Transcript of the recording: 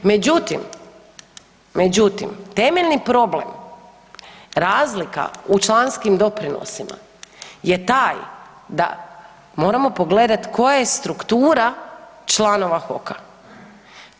Međutim, temeljni problem, razlika u članskim doprinosima je taj da moramo pogledat koja je struktura članova HOK-a.